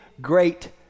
great